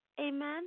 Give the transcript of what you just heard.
Amen